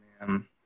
man